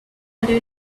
liquid